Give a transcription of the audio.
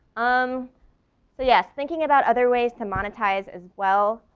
um so yes, thinking about other ways to monetize as well,